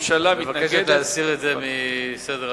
ומבקשת להסיר את זה מסדר-היום.